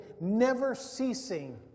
never-ceasing